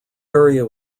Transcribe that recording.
area